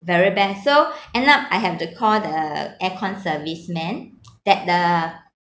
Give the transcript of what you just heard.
very bad so end up I have to call the aircon service man that the